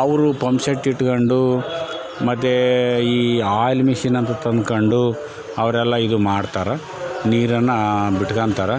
ಅವರು ಪಂಪ್ಸೆಟ್ ಇಟ್ಕೊಂಡು ಮತ್ತು ಈ ಆಯಿಲ್ ಮಿಶಿನ್ ಅಂತ ತಂದ್ಕೊಂಡು ಅವರೆಲ್ಲ ಇದು ಮಾಡ್ತಾರೆ ನೀರನ್ನು ಬಿಟ್ಕೊಂತರ